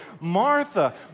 Martha